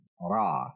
Ra